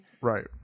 right